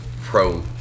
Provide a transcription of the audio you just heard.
pro